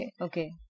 okay